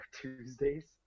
Tuesdays